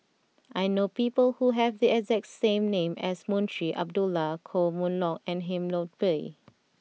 I know people who have the exact same name as Munshi Abdullah Koh Mun Hong and Lim Chor Pee